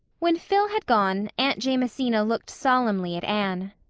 when phil had gone aunt jamesina looked solemnly at anne.